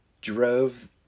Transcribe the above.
drove